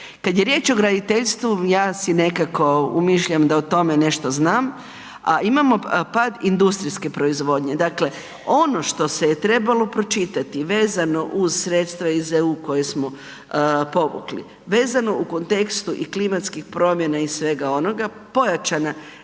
Kada je riječ o graditeljstvu ja si nekako umišljam da o tome nešto znam, a imamo pad industrijske proizvodnje. Dakle ono što se je trebalo pročitati vezano uz sredstva iz EU koja smo povukli, vezano u kontekstu i klimatskih promjena i svega onoga, pojačane